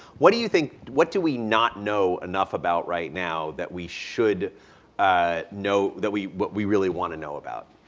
what do you think what do we not know enough about right now that we should ah know that we what we really want to know about?